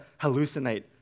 hallucinate